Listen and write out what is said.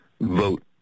vote